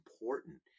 important